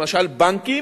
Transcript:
למשל בנקים,